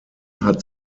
hat